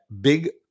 Big